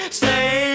stay